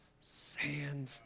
sand